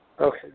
Okay